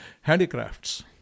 handicrafts